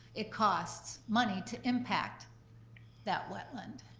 it costs money to impact that wetland.